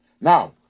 Now